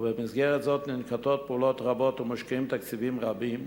ובמסגרת זו ננקטות פעולות רבות ומושקעים תקציבים רבים,